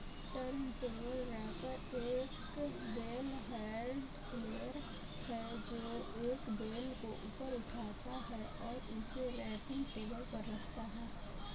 turntable wrapper एक bale handler है, जो एक बेल को ऊपर उठाता है और उसे रैपिंग टेबल पर रखता है